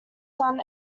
son